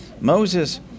Moses